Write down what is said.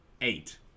Eight